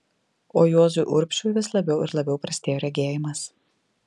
o juozui urbšiui vis labiau ir labiau prastėjo regėjimas